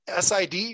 SID